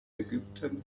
ägypten